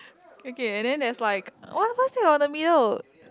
okay and then there's like what what's that on the middle